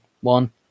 one